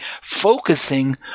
focusing